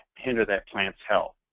hinder that plant's health.